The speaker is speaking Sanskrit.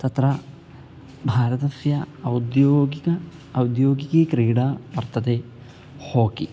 तत्र भारतस्य औद्योगिकी औद्योगिकीक्रीडा वर्तते होकि